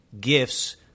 gifts